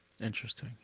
Interesting